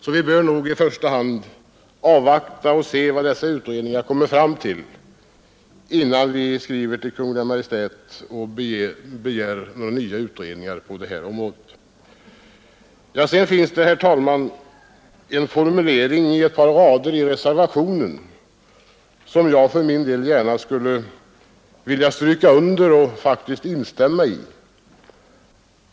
Därför bör vi nog avvakta de förslag som dessa utredningar kommer fram till innan vi hos Kungl. Maj:t begär nya utredningar på detta 45 Det finns, herr talman, ett par meningar i reservationen som jag för min del gärna vill instämma i.